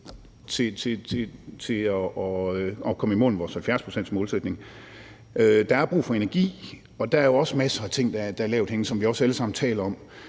til at komme i mål med vores 70-procentsmålsætning. Der er brug for energi, og der er jo også masser af ting, der er lavthængende frugter, som vi også alle sammen taler om.